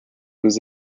was